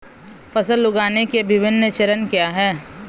फसल उगाने के विभिन्न चरण क्या हैं?